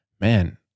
man